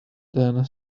then